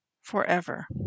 forever